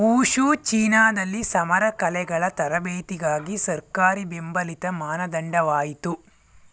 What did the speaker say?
wushu ಚೀನಾದಲ್ಲಿ ಸಮರ ಕಲೆಗಳ ತರಬೇತಿಗಾಗಿ ಸರ್ಕಾರಿ ಬೆಂಬಲಿತ ಮಾನದಂಡವಾಯಿತು